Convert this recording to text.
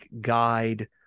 guide